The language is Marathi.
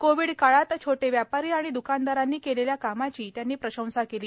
कोविड काळात छोटे व्यापारी आणि दकानदारांनी केलेल्या कामाची त्यांनी प्रशंसा केली